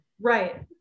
right